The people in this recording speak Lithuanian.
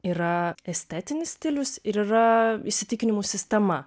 yra estetinis stilius ir yra įsitikinimų sistema